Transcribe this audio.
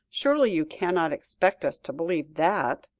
surely you cannot expect us to believe that.